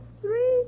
three